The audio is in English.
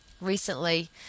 recently